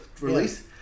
release